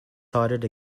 sided